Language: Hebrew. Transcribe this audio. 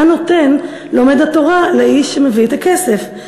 מה נותן לומד התורה לאיש שמביא את הכסף?